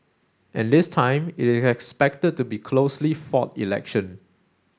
and this time it is expected to be a closely fought election